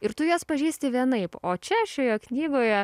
ir tu jas pažįsti vienaip o čia šioje knygoje